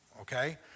okay